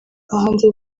hanze